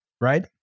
right